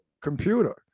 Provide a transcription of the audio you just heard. computer